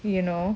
you know